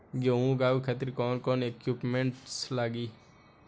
गेहूं उगावे खातिर कौन कौन इक्विप्मेंट्स लागी?